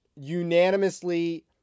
unanimously